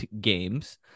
games